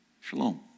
Shalom